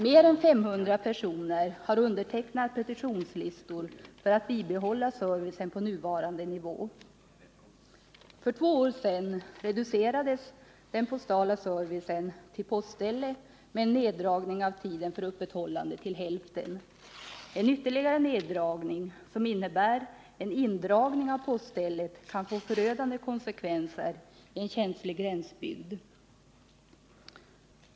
Mer än 500 personer har undertecknat petitionslistor för ett bibehållande av servicen på nuvarande nivå. För två år sedan reducerades den postala servicen till postställe med en neddragning av tiden för öppethållande till hälften. En ytterligare neddrag 76 ning, som innebär en indragning av poststället, kan få förödande konsekven ser för en känslig gränsbygd.